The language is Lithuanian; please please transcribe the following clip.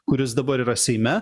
kuris dabar yra seime